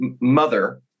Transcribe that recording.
mother